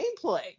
gameplay